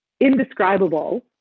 indescribable